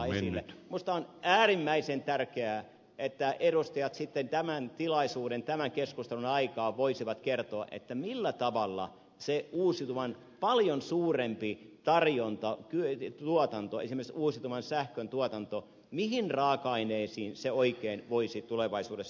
minusta on äärimmäisen tärkeää että edustajat sitten tämän tilaisuuden tämän keskustelun aikaan voisivat kertoa millä tavalla se uusiutuvan paljon suurempi tarjonta tuotanto esimerkiksi uusiutuvan sähkön tuotanto ja mihin raaka aineisiin se oikein voisi tulevaisuudessa perustua